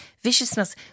viciousness